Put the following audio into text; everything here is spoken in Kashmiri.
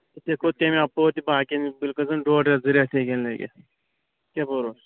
أسۍ ہیٚکو تَمہِ اَپور تہِ باقِین ہٕنٛدۍ بٔلکہِ زن ڈۅڈ رٮ۪تھ زٕ رٮ۪تھ تہِ ہیٚکن لٔگِتھ کیٛاہ بروسہٕ